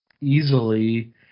easily